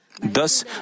Thus